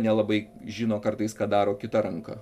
nelabai žino kartais ką daro kita ranka